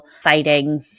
fighting